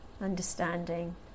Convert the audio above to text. understanding